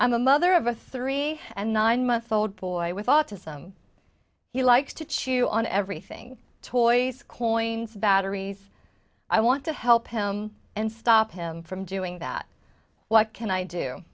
i'm a mother of a three and nine month old boy with autism he likes to chew on everything toys coins batteries i want to help him and stop him from doing that what can i do